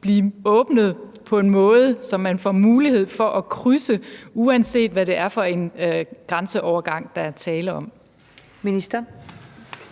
blive åbnet på en måde, så man får mulighed for at krydse, uanset hvad det er for en grænseovergang, der er tale om?